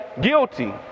guilty